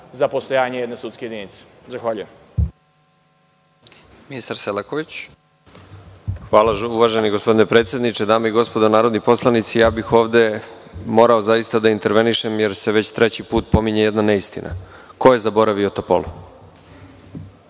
za postojanje jedne sudske jedinice. Zahvaljujem.